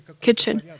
kitchen